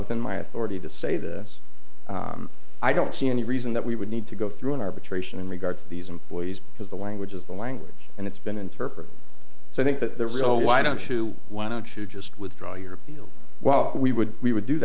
within my authority to say this i don't see any reason that we would need to go through an arbitration in regard to these employees because the language is the language and it's been interpreted so i think that there is so why don't you why don't you just withdraw your appeal well we would we would do